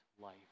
life